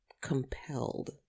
compelled